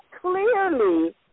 clearly